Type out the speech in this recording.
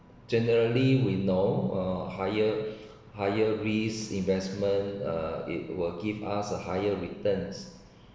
generally we know uh higher higher risk investment uh it will give us a higher returns